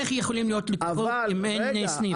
איך יכולים להיות לקוחות אם אין סניף?